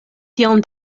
tiom